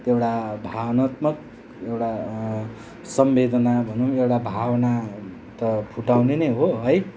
त्यो एउटा भावनात्मक एउटा सम्वेदना भनौँ एउटा भावना त फुटाउने नै हो है